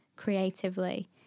creatively